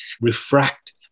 refract